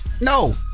No